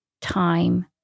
time